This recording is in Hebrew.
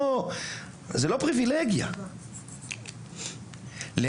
זו לא פריבילגיה ולא חסד,